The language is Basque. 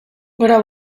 gora